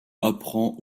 apprend